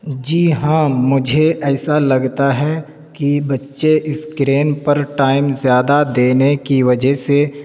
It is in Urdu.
جی ہاں مجھے ایسا لگتا ہے کہ بچے اسکرین پر ٹائم زیادہ دینے کی وجہ سے